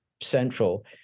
central